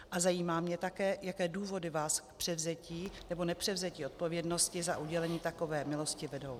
A zajímá mě také, jaké důvody vás k převzetí nebo nepřevzetí odpovědnosti za udělení takové milosti vedou.